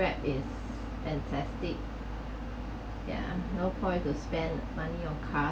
Grab is fantastic ya no point to spend money on car